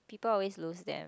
people always lose them